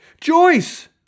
Joyce